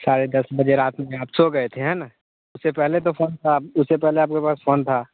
साढ़े दस बजे रात में आप सो गए थे है ना उससे पहले तो फ़ोन था उससे पहले आपके पास फ़ोन था